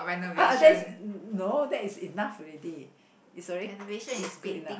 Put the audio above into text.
uh that is no that is enough already it's already it's good enough